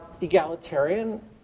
egalitarian